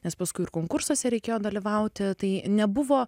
nes paskui ir konkursuose reikėjo dalyvauti tai nebuvo